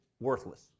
worthless